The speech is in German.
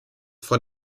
von